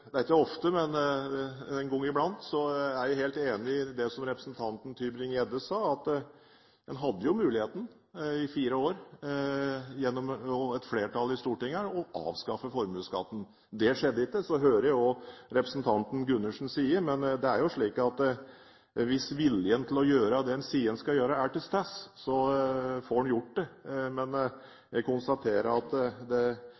Det er ikke ofte, men en gang iblant er jeg helt enig i det som representanten Tybring-Gjedde sier, at en hadde jo muligheten til i fire år, gjennom et flertall i Stortinget her, å avskaffe formuesskatten. Det skjedde ikke. Så hører jeg også hva representanten Gundersen sier. Men det er jo slik at hvis viljen til å gjøre det en sier en skal gjøre, er til stede, får en gjort det. Men jeg konstaterer at det